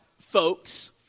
folks